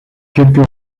quelques